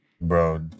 Bro